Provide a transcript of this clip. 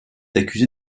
accusé